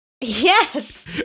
Yes